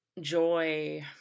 joy